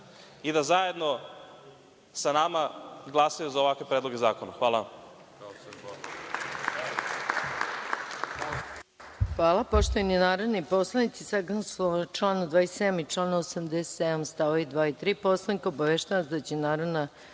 i da zajedno sa nama glasaju za ovakve predloge zakona. Hvala